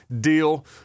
deal